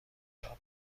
دختران